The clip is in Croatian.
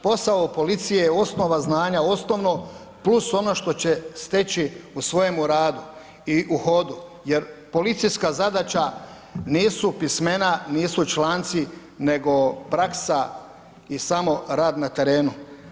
Posao policije je osnova znanja osnovno + ono što će steći u svojemu radu i u hodu jer policijska zadaća nisu pismena, nisu članci nego praksa i samo rad na terenu.